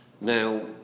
Now